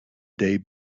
day